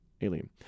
Alien